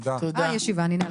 הישיבה ננעלה.